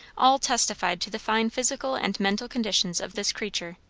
all testified to the fine physical and mental conditions of this creature.